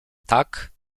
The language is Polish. tak